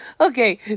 Okay